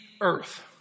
earth